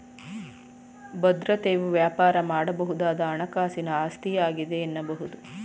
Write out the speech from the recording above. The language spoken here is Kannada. ಭದ್ರತೆಯು ವ್ಯಾಪಾರ ಮಾಡಬಹುದಾದ ಹಣಕಾಸಿನ ಆಸ್ತಿಯಾಗಿದೆ ಎನ್ನಬಹುದು